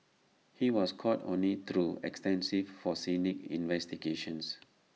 he was caught only through extensive investigations